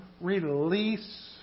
release